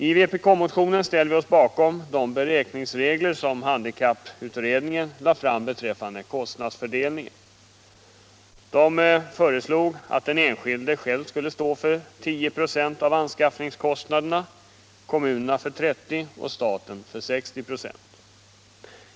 I vpk-motionen ställer vi oss bakom de beräkningsregler för kostnadsfördelningen som handikapputredningen lade fram. Utredningen föreslog att den enskilde själv skall stå för 10 926 av anskaffningskostnaderna, kommunerna för 30 26 och staten för 60 96.